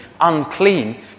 unclean